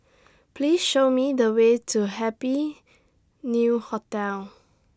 Please Show Me The Way to Happy New Hotel